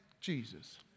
Jesus